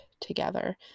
together